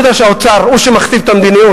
אני יודע שהאוצר הוא שמכתיב את המדיניות.